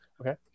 Okay